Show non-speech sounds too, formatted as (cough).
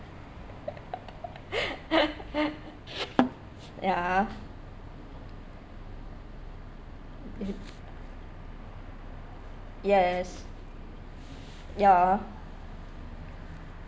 (laughs) ya (noise) yes ya